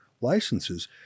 licenses